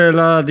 la